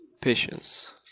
patience